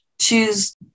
choose